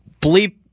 bleep